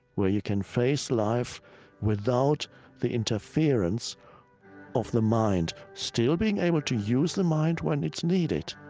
where you can face life without the interference of the mind still being able to use the mind when it's needed,